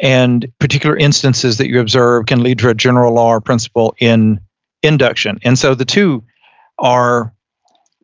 and particular instances that you observe can lead to a general law or principle in induction. and so the two are